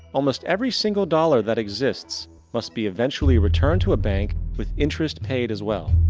almost every single dollar that exists must be eventually returned to a bank with interest payed as well.